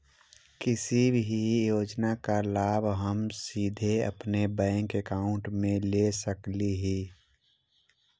किसी भी योजना का लाभ हम सीधे अपने बैंक अकाउंट में ले सकली ही?